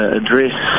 address